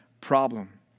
problem